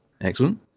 Excellent